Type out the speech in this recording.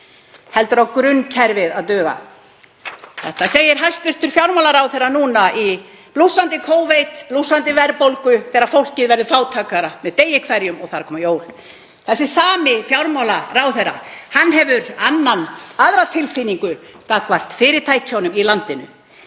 heldur á grunnkerfið að duga. Þetta segir hæstv. fjármálaráðherra í blússandi Covid, blússandi verðbólgu, þegar fólk verður fátækara með degi hverjum og það eru að koma jól. Þessi sami fjármálaráðherra hefur aðra tilfinningu gagnvart fyrirtækjunum í landinu.